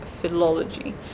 philology